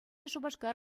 шупашкар